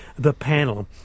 thepanel